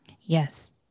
Yes